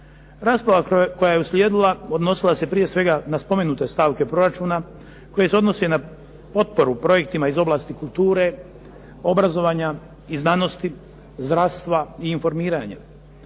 Rasprava koja je uslijedila odnosila se prije svega na spomenute stavke proračuna koje se odnose na protporu projektima iz oblasti kulture, obrazovanja i znanosti, zdravstva i informiranja.